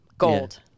gold